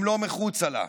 אם לא מחוצה לה.